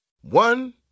One